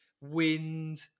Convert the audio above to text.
wind